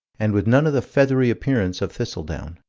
and with none of the feathery appearance of thistledown.